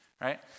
right